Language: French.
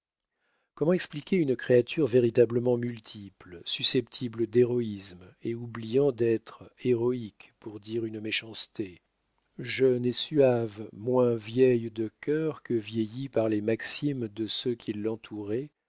comment expliquer une créature véritablement multiple susceptible d'héroïsme et oubliant d'être héroïque pour dire une méchanceté jeune et suave moins vieille de cœur que vieillie par les maximes de ceux qui l'entouraient